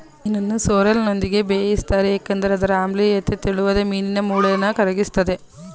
ಮೀನನ್ನು ಸೋರ್ರೆಲ್ನೊಂದಿಗೆ ಬೇಯಿಸ್ತಾರೆ ಏಕೆಂದ್ರೆ ಅದರ ಆಮ್ಲೀಯತೆ ತೆಳುವಾದ ಮೀನಿನ ಮೂಳೆನ ಕರಗಿಸ್ತದೆ